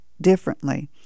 differently